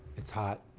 it's hot.